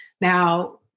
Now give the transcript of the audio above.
Now